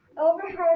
overheard